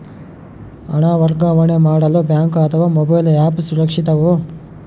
ಹಣ ವರ್ಗಾವಣೆ ಮಾಡಲು ಬ್ಯಾಂಕ್ ಅಥವಾ ಮೋಬೈಲ್ ಆ್ಯಪ್ ಸುರಕ್ಷಿತವೋ?